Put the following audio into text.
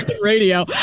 radio